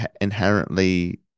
inherently